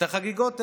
את החגיגות האלה,